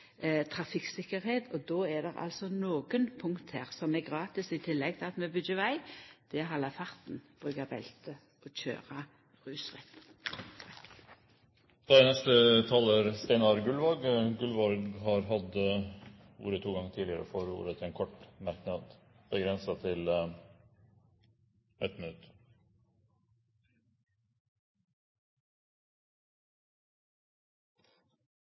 er trafikktryggleik. Då er det altså nokre punkt her som er gratis i tillegg til at vi byggjer veg: det er å halda fartsgrensa, bruka belte og køyra rusfritt. Representanten Steinar Gullvåg har hatt ordet to ganger tidligere og får ordet til en kort merknad, begrenset til